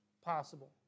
possible